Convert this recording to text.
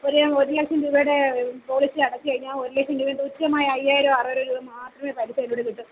ഒരു ഒരു ലക്ഷം രൂപയുടെ പോളിസി അടച്ചുകഴിഞ്ഞാല് ഒരു ലക്ഷം രൂപ കൃത്യമായി അയ്യായിരമോ ആറായിരമോ രൂപ മാത്രമേ പലിശ കയ്യിലോട്ട് കിട്ടൂ